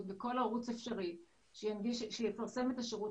בכל ערוץ אפשרי שיפרסם את השירות.